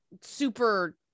super